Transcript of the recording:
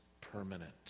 permanent